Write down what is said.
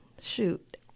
Shoot